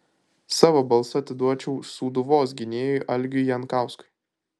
savo balsą atiduočiau sūduvos gynėjui algiui jankauskui